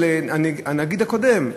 של הנגיד הקודם,